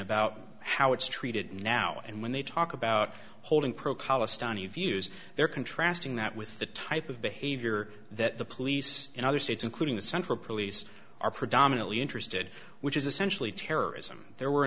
about how it's treated now and when they talk about holding procol astonied views they're contrasting that with the type of behavior that the police in other states including the central police are predominantly interested which is essentially terrorism there were a